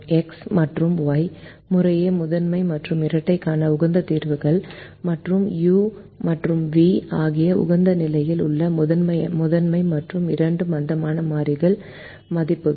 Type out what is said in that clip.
X மற்றும் Y முறையே முதன்மை மற்றும் இரட்டைக்கான உகந்த தீர்வுகள் மற்றும் யு மற்றும் வி ஆகியவை உகந்த நிலையில் உள்ள முதன்மை மற்றும் இரட்டை மந்தமான மாறிகளின் மதிப்புகள்